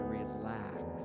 relax